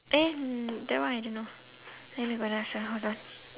eh that one I don't know wait ah go and ask ah hold on